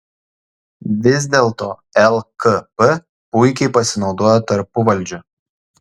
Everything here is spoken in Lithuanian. vis dėlto lkp puikiai pasinaudojo tarpuvaldžiu